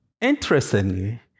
interestingly